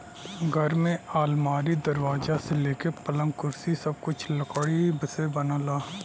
घर में अलमारी, दरवाजा से लेके पलंग, कुर्सी सब कुछ लकड़ी से बनला